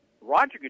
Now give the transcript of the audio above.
Roger